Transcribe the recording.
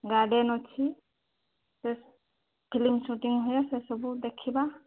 garden ଅଛି film shooting ହୁଏ ସେସବୁ ଦେଖିବା